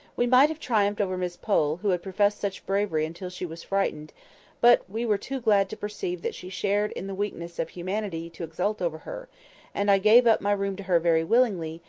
we might have triumphed over miss pole, who had professed such bravery until she was frightened but we were too glad to perceive that she shared in the weaknesses of humanity to exult over her and i gave up my room to her very willingly,